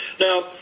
Now